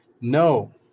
No